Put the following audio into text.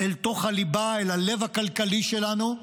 אל תוך הליבה, אל הלב הכלכלי שלנו,